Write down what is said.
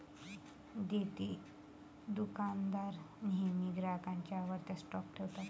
देतेदुकानदार नेहमी ग्राहकांच्या आवडत्या स्टॉप ठेवतात